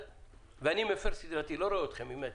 ואני מפר סדרתי, לא רואה אתכם ממטר,